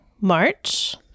March